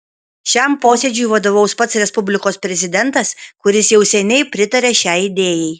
šiam posėdžiui vadovaus pats respublikos prezidentas kuris jau seniai pritaria šiai idėjai